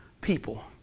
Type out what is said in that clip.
People